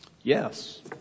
Yes